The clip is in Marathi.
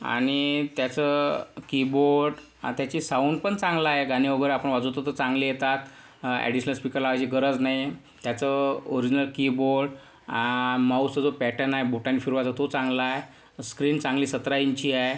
आणि त्याचं कीबोर्ड आणि त्याची साऊंड पण चांगला आहे गाणे वगैरे आपण वाजवतो तर चांगले येतात ॲडिशनल स्पीकर लावायची गरज नाही त्याचं ओरिजनल कीबोर्ड माऊसचा जो पॅटर्न आहे बोटाने फिरवायचा तो चांगला आहे स्क्रीन चांगली सतरा इंची आहे